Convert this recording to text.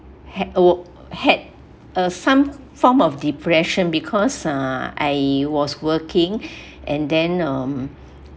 had work had a some form of depression because uh I was working and then um